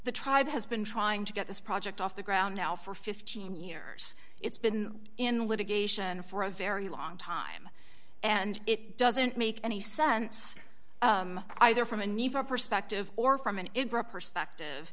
the tribe has been trying to get this project off the ground now for fifteen years it's been in litigation for a very long time and it doesn't make any sense either from a need for perspective or from an effective